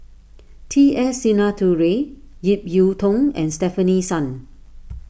T S Sinnathuray Ip Yiu Tung and Stefanie Sun